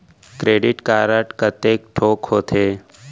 Credit card कतेक ठोक होथे?